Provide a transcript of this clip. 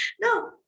No